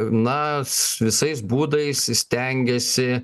nas visais būdais stengiasi